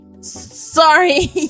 Sorry